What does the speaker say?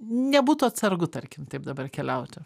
nebūtų atsargu tarkim taip dabar keliauti